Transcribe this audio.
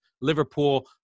liverpool